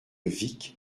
vic